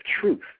truth